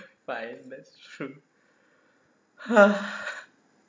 fine that's true